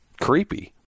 Creepy